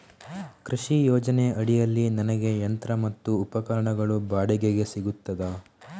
ಕೃಷಿ ಯೋಜನೆ ಅಡಿಯಲ್ಲಿ ನನಗೆ ಯಂತ್ರ ಮತ್ತು ಉಪಕರಣಗಳು ಬಾಡಿಗೆಗೆ ಸಿಗುತ್ತದಾ?